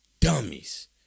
dummies